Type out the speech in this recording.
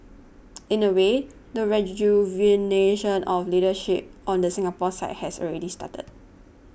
in a way the rejuvenation of leadership on the Singapore side has already started